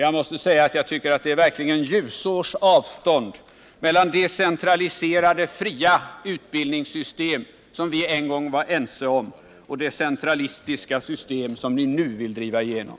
Jag tycker verkligen att det är ljusårs avstånd mellan det decentraliserade fria utbildningssystem som vi en gång var ense om och det centralistiska system som ni nu vill driva igenom.